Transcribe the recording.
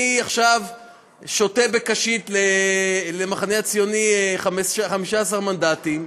עכשיו שותה בקשית למחנה הציוני 15 מנדטים.